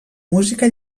música